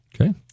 okay